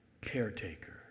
caretaker